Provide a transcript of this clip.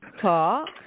talk